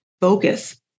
focus